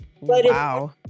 Wow